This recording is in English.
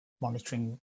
monitoring